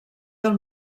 del